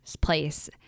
place